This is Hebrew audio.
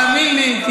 תאמין לי,